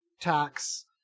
tax